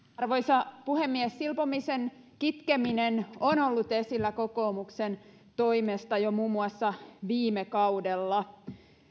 arvoisa puhemies silpomisen kitkeminen on ollut esillä kokoomuksen toimesta jo muun muassa viime kaudella